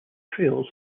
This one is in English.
trails